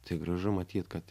tai gražu matyt kad